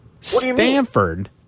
Stanford